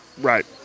Right